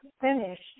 finish